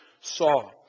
saw